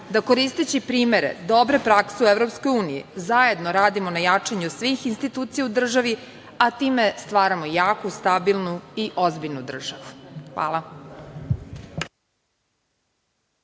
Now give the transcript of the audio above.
da, koristeći primere dobre prakse u EU, zajedno radimo na jačanju svih institucija u državi, a time stvaramo jaku, stabilnu i ozbiljnu državu. Hvala.